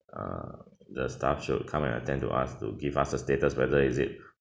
err the staff should come and attend to us to give us the status whether is it